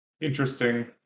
interesting